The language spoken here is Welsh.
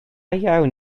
iawn